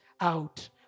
out